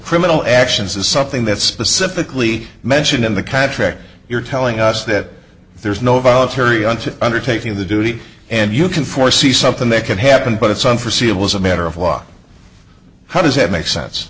criminal actions is something that's specifically mentioned in the contract you're telling us that there's no voluntary on to undertaking the duty and you can foresee something that could happen but it's fun for c it was a matter of law how does it make sense